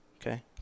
Okay